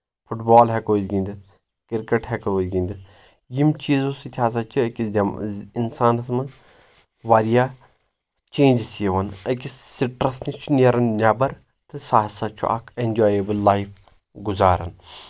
foot بال ہؠکو أسۍ گنٛدِتھ کِرکٹ ہؠکو أسۍ گنٛدِتھ یِم چیٖزو سۭتۍ ہسا چھِ أکِس اِنسانَس منٛز واریاہ چینجس یِوان أکِس سٹرٛس نِش چھِ نیران نؠبر تہٕ سۄ ہسا چھُ اکھ اؠنجایبٕل لایف گُزاران